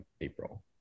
April